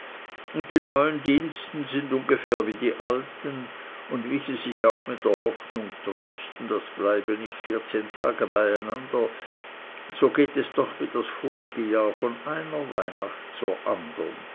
und die neuen diensten sind ungefähr wie die alten und wie sie sich auch mit der hoffnung trösten das bleibe nicht vierzehn tage beieinander so geht es doch wie das vorige jahr von einer weihnacht zur andern